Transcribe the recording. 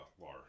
Lar